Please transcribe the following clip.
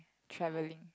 travelling